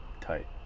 Tight